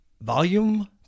volume